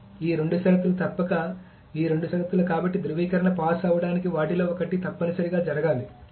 కాబట్టి ఈ రెండు షరతులు తప్పక ఈ రెండు షరతులు కాబట్టి ధ్రువీకరణ పాస్ అవ్వడానికి వాటిలో ఒకటి తప్పనిసరిగా జరగాలి